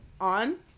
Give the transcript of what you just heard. on